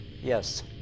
Yes